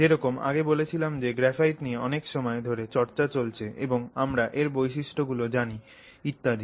যেরকম আগে বলেছিলাম যে গ্রাফাইট Refer Time 1122 নিয়ে অনেক সময় ধরে চর্চা ছলছে এবং আমরা এর বৈশিষ্ট্য গুলো জানি ইত্যাদি